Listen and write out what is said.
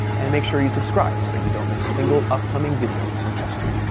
and make sure you subscribe so you don't miss a single upcoming video from testtube!